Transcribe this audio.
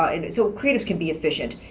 and so creatives can be efficient.